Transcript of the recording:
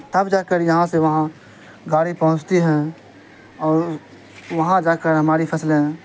تب جا کر یہاں سے وہاں گاڑی پہنچتی ہے اور وہاں جا کر ہماری فصلیں